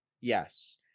yes